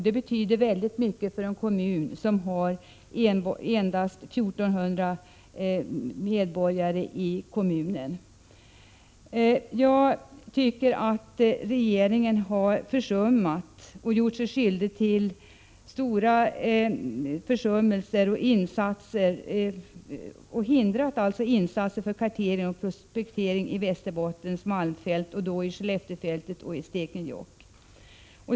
Det betyder väldigt mycket för en kommun med endast 1 400 invånare. Jag tycker att regeringen har gjort sig skyldig till stora försummelser och hindrat insatser för kartering och prospektering i Västerbottens malmfält, i Skelleftefältet och Stekenjåkk.